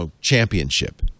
championship